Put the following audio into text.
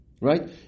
right